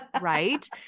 right